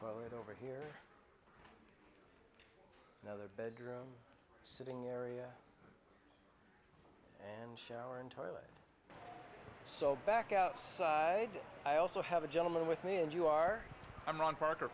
toilet over here another bedroom sitting area and shower and toilet so back outside i also have a gentleman with me and you are i'm on parker